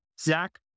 Zach